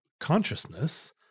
consciousness